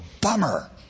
bummer